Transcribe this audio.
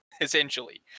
essentially